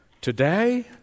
today